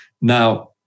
Now